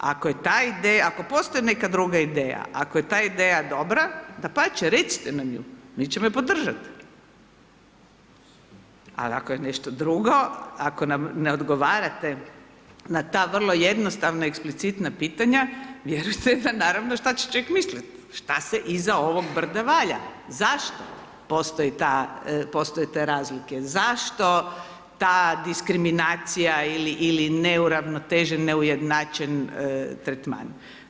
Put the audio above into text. Ako je ta ideja, ako postoji neka druga ideja, ako je ta ideja dobra, dapače recite nam ju, mi ćemo je podržat, ali ako je nešto drugo, ako nam ne odgovarate na ta vrlo jednostavna eksplicitna pitanja, vjerujte da, naravno šta će čovjek mislit, šta se iza ovog brda valja, zašto postoji ta, postoje te razlike, zašto ta diskriminacija ili neuravnotežen, neujednačen tretman.